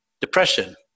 depression